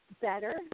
better